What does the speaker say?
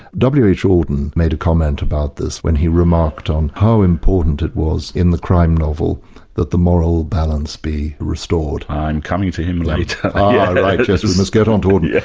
w. h. auden made a comment about this when he remarked on how important it was in the crime novel that the moral balance be restored. i'm coming to him later. ah, like yes, we must get on to auden. yeah